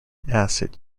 acid